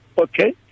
Okay